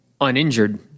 uninjured